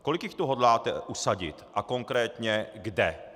Kolik jich tu hodláte usadit a konkrétně kde?